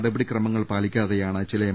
നടപടിക്രമ ങ്ങൾ പാലിക്കാതെയാണ് ചില എം